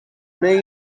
may